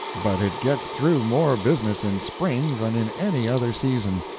but it gets through more business in spring than in any other season.